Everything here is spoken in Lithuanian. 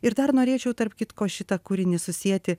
ir dar norėčiau tarp kitko šitą kūrinį susieti